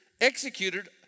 executed